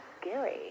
scary